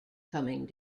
coming